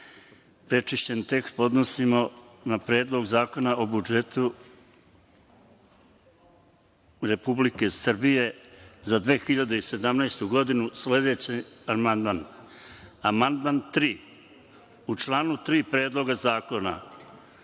Prečišćeni tekst, podnosimo na Predlog zakona o budžetu Republike Srbije za 2017. godinu, sledeći amandman - Amandman 3. U članu 3. Predloga zakona,